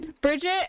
Bridget